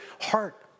heart